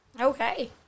Okay